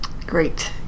Great